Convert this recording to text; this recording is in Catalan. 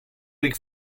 ric